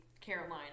Carolina